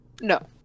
No